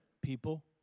people